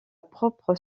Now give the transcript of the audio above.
propre